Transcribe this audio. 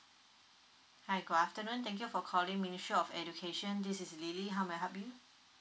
hi good afternoon thank you for calling ministry of education this is lily how may I help you